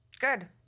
Good